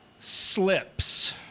slips